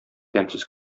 тәмсез